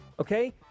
Okay